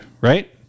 right